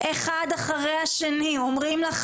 אחד אחרי השני אומרים לך,